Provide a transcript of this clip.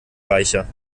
reicher